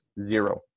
Zero